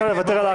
כן.